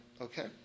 okay